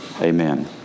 Amen